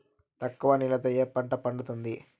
తక్కువ నీళ్లతో ఏ పంట పండుతుంది?